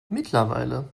mittlerweile